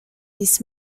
this